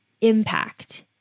impact